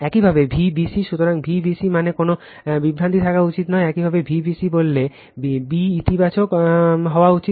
একইভাবে Vbc সুতরাং Vbc মানে কোন বিভ্রান্তি থাকা উচিত নয় একইভাবে Vbc বললে b ইতিবাচক হওয়া উচিত